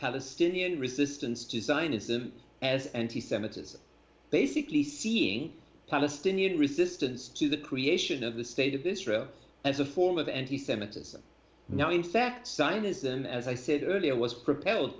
palestinian resistance to zionism as anti semitism basically seeing palestinian resistance to the creation of the state of this realm as a form of anti semitism now in fact sign is them as i said earlier was propel